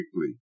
weekly